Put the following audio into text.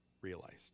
realized